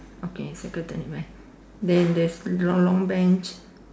okay then this long long Bench